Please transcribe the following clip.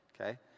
okay